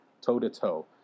toe-to-toe